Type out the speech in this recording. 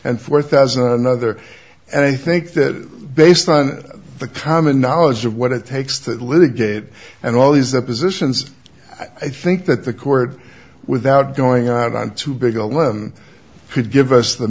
and four thousand other and i think that based on the common knowledge of what it takes that litigated and all these the positions i think that the court without going out on too big a limb could give us the